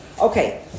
Okay